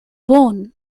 bone